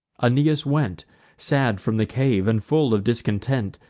aeneas went sad from the cave, and full of discontent,